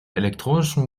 elektronischen